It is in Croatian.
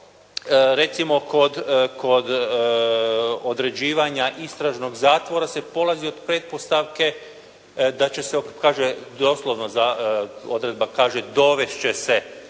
recimo kod određivanja istražnog zatvora se polazi od pretpostavke da će se, kaže doslovno, odredba kaže dovesti će se,